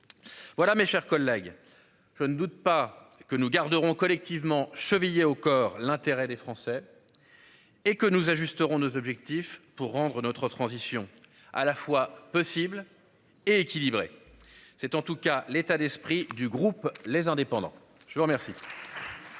Voilà, mes chers collègues je ne doute pas que nous garderons collectivement chevillée au corps, l'intérêt des Français. Et que nous ajusteront nos objectifs pour rendre notre transition à la fois possible et équilibré. C'est en tout cas l'état d'esprit du groupe les indépendants. Je vous remercie. Parole est